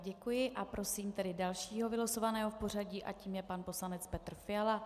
Děkuji a prosím dalšího vylosovaného v pořadí a tím je pan poslanec Petr Fiala.